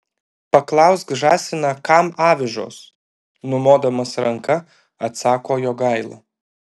paklausk žąsiną kam avižos numodamas ranka atsako jogaila